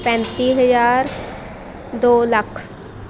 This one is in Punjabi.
ਪੈਂਤੀ ਹਜ਼ਾਰ ਦੋ ਲੱਖ